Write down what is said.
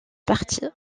parti